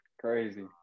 crazy